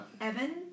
Evan